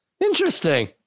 Interesting